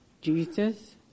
Jesus